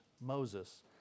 Moses